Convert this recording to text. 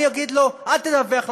אני אגיד לו: אל תדווח,